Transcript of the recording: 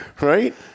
Right